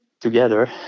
together